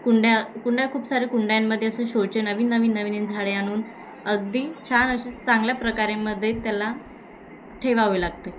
कुंड्या कुंड्या खूप सारे कुंड्यांमध्ये असे शोचे नवीन नवीन नवीन झाडे आणून अगदी छान असे चांगल्या प्रकारेमध्ये त्याला ठेवावे लागते